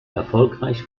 erfolgreich